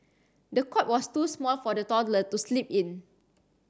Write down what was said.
the cot was too small for the toddler to sleep in